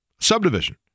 subdivision